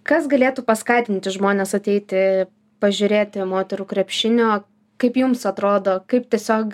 kas galėtų paskatinti žmones ateiti pažiūrėti moterų krepšinio kaip jums atrodo kaip tiesiog